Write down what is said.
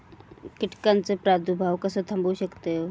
कीटकांचो प्रादुर्भाव कसो थांबवू शकतव?